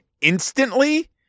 instantly